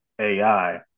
AI